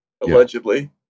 allegedly